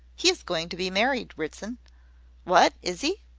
he is going to be married, ritson what, is he?